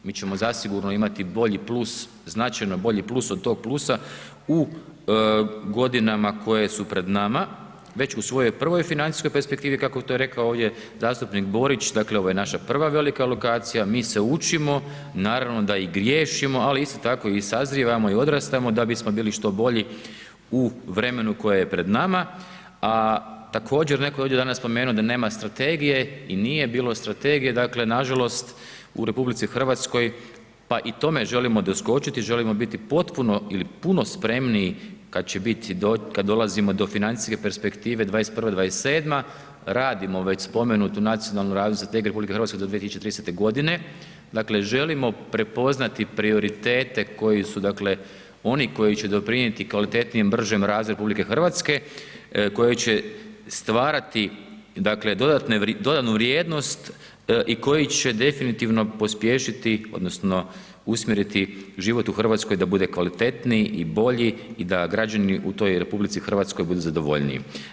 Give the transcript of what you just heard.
Mi ćemo zasigurno imati bolji plus, značajno bolji plus od tog plusa u godinama koje su pred nama već u svojoj prvoj financijskoj perspektivi kako bi to rekao ovdje zastupnik Borić, dakle ovo je naša prva velika alokacija, mi se učimo, naravno da i griješimo ali isto tako i sazrijevamo i odrastamo da bismo bili što bolji u vremenu koje je pred nama a također netko je ovdje danas spomenuo da nema strategije i nije bilo strategije, dakle nažalost u RH pa i tome želimo doskočiti, želimo biti potpuno ili puno spremniji kad dolazimo do financijske perspektive 2021.-2027., radimo već spomenutu Nacionalnu razvojnu strategiju RH do 2030. g., dakle želimo prepoznati prioritete koji su dakle oni koji će doprinijeti kvalitetnijem, bržem razviju RH, koji će stvarati dakle dodatnu vrijednost i koji će definitivno pospješiti odnosno usmjeriti život u Hrvatskoj da bude kvalitetniji i bolji i da građani u toj RH budu zadovoljniji.